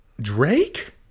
Drake